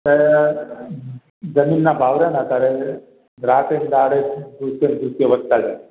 કે જમીનના ભાવ છે ને અત્યારે રાત્રે ને દહાડે કૂદકે ને ભૂસકે વધતાં જાય